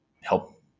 help